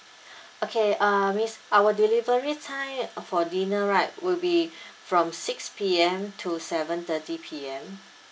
okay ah miss our delivery time for dinner right will be from six P_M to seven thirty P_M